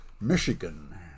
Michigan